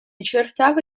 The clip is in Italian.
cercava